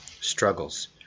struggles